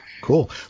Cool